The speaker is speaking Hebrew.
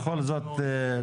עכשיו